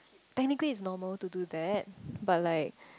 technically it's normal to do that but like